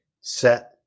set